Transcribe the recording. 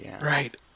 Right